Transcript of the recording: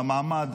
המעמד,